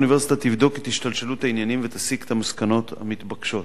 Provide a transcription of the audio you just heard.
האוניברסיטה תבדוק את השתלשלות העניינים ותסיק את המסקנות המתבקשות.